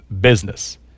business